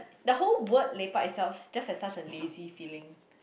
the whole word lepak itself just has such a lazy feeling